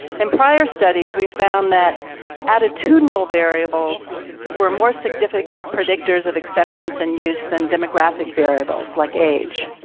in prior studies we found that attitudinal variables were more significant predictors of acceptance and use than demographic variables like age.